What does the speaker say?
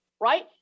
right